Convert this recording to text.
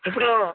ఇప్పుడూ